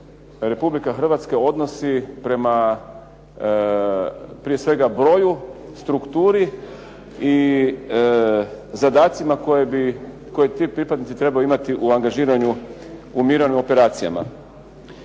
Republika Hrvatska odnosi prema prije svega broju, strukturi i zadacima koje ti pripadnici trebaju imati u angažiranju u mirovnim operacijama.